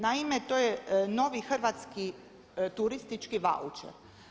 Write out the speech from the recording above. Naime, to je novi hrvatski turistički vaučer.